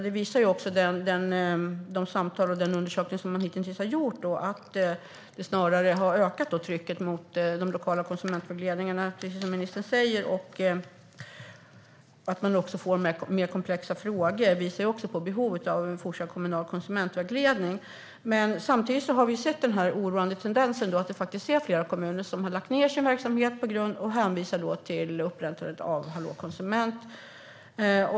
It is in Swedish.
Den undersökning av samtalen som hittills har gjorts visar att trycket mot de lokala konsumentvägledarna har ökat. Frågorna blir mer komplexa. Vi ser också ett behov av att det även i fortsättningen finns en kommunal konsumentvägledning. Samtidigt finns det en oroande tendens att flera kommuner har lagt ned sina verksamheter och hänvisar till upprättandet av Hallå konsument.